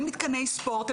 אין מתקני ספורט,